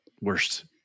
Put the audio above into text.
worst